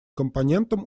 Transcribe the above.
компонентом